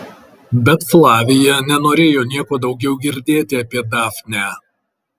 bet flavija nenorėjo nieko daugiau girdėti apie dafnę